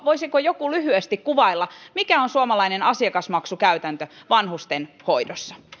voisiko joku lyhyesti kuvailla mikä on suomalainen asiakasmaksukäytäntö vanhustenhoidossa